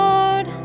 Lord